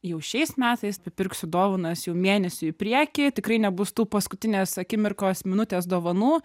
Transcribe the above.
jau šiais metais tai pirksiu dovanas jau mėnesiu į priekį tikrai nebus tų paskutinės akimirkos minutės dovanų